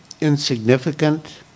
insignificant